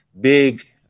big